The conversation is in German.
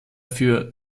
für